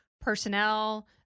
personnel